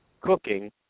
cooking